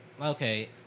okay